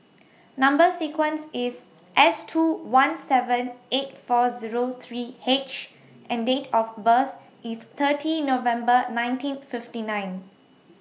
Number sequence IS S two one seven eight four Zero three H and Date of birth IS thirty November nineteen fifty nine